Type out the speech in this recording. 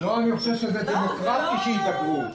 אני חושב שזה דמוקרטי שידברו.